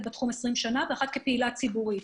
כפעילה ציבורית.